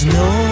no